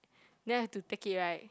then I have to take it right